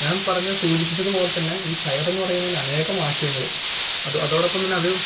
ഞാൻ പറഞ്ഞ സൂചിപ്പിച്ചതുപോലെ തന്നെ ഈ കയർ എന്ന് പറയുന്നതിലനേകം ആശയങ്ങള് അത് അതോടൊപ്പംതന്നെ അത്